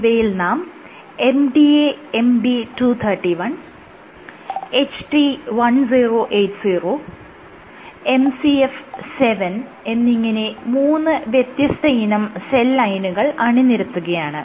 ഇവയിൽ നാം MDA MB 231 HT 1080 MCF 7 എന്നിങ്ങനെ മൂന്ന് വ്യത്യസ്തയിനം സെൽ ലൈനുകൾ അണിനിരത്തുകയാണ്